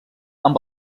amb